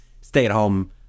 stay-at-home